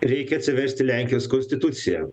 reikia atsiversti lenkijos konstituciją